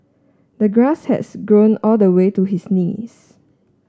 the grass has grown all the way to his knees